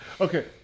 Okay